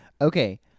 Okay